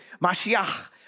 Mashiach